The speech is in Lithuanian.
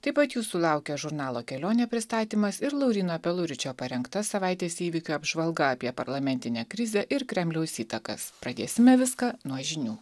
taip pat jūsų laukia žurnalo kelionė pristatymas ir lauryno peluričio parengta savaitės įvykių apžvalga apie parlamentinę krizę ir kremliaus įtakas pradėsime viską nuo žinių